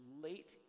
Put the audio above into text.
late